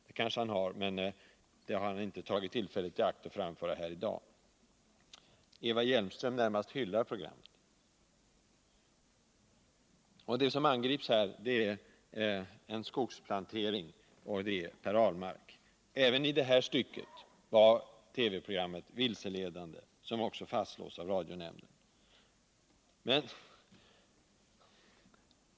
Det kanske han har, men det har han inte tagit tillfället i akt att framföra här i dag. Eva Hjelmström närmast hyllar programmet. I dag angrips en skogsplantering, och Per Ahlmark. I det stycket var TV-programmet vilseledande — som också fastslås av radionämnden.